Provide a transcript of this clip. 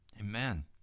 Amen